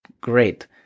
great